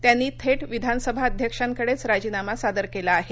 त्यांनी थेट विधानसभाध्यक्षांकडेच राजीनामा सादर केला आहे